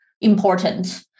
important